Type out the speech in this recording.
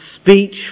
speech